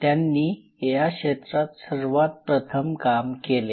त्यांनी या क्षेत्रात सर्वात प्रथम काम केले